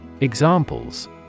Examples